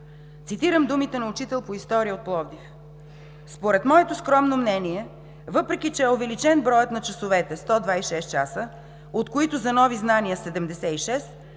Цитирам думите на учител по история от Пловдив: